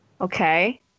okay